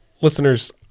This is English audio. Listeners